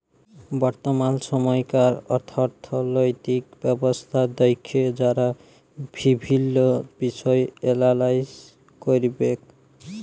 বর্তমাল সময়কার অথ্থলৈতিক ব্যবস্থা দ্যাখে যারা বিভিল্ল্য বিষয় এলালাইস ক্যরবেক